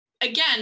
again